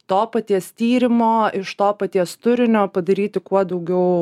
to paties tyrimo iš to paties turinio padaryti kuo daugiau